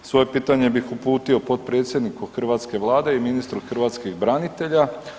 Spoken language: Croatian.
Svoje pitanje bih uputio potpredsjedniku hrvatske Vlade i ministru hrvatskih branitelja.